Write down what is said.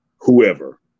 whoever